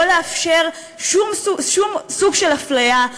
לא לאפשר שום סוג של אפליה,